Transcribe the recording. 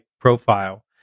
profile